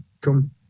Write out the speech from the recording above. come